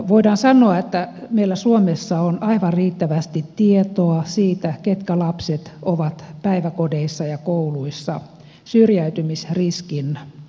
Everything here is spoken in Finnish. voidaan sanoa että meillä suomessa on aivan riittävästi tietoa siitä ketkä lapset ovat päiväkodeissa ja kouluissa syrjäytymisriskin alaisia